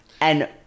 and-